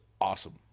awesome